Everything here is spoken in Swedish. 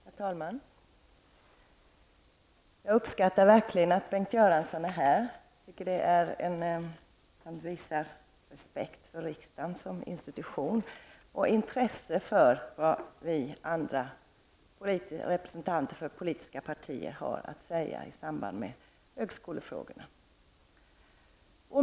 Herr talman! Jag uppskattar verkligen att Bengt Göransson är här. Jag tycker att han visar respekt för riksdagen som institution och intresse för vad vi representanter för politiska partier har att säga i samband med högskolefrågorna.